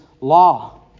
law